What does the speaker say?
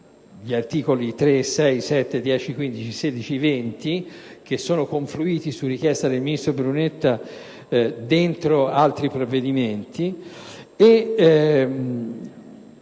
gli articoli 3, 6, 7, 10, 15, 16 e 20 sono confluiti, su richiesta del ministro Brunetta, all'interno di altri provvedimenti,